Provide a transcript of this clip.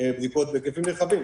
בדיקות בהיקפים נרחבים.